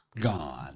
Gone